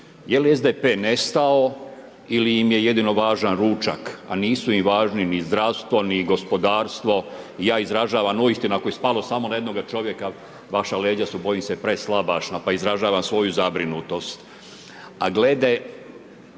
Je li SDP nestao ili im je jedino važan ručak a nisu im važni ni zdravstvo ni gospodarstvo. I ja izražavam uistinu ako je spalo samo na jednoga čovjeka, vaša leđa su bojim se preslabašna pa izražavam svoju zabrinutost.